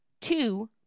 two